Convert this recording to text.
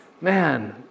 Man